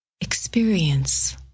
experience